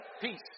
Peace